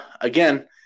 again